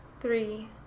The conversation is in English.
three